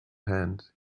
hand